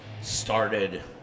started